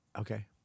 okay